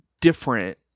different